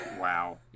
Wow